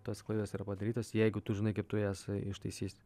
tos klaidos arba padarytos jeigu tu žinai kaip tu jas ištaisysi